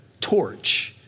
torch